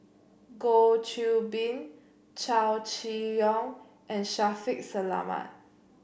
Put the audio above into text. Goh Qiu Bin Chow Chee Yong and Shaffiq Selamat